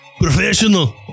professional